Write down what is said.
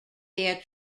their